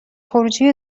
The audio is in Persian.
خروجی